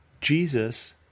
Jesus